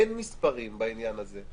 אין מספרים בעניין הזה.